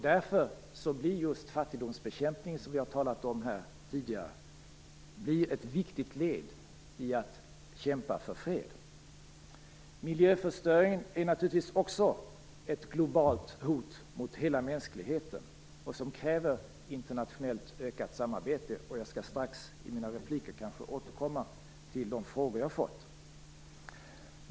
Därför blir just fattigdomsbekämpning, som vi har talat om här tidigare, ett viktigt led i att kämpa för fred. Miljöförstöring är naturligtvis också ett globalt hot mot hela mänskligheten som kräver ökat internationellt samarbete. Jag skall strax i mina repliker återkomma till de frågor jag fått.